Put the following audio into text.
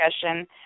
discussion